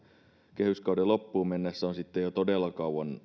kehyskauden loppuun mennessä on jo todella kauan